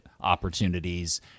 opportunities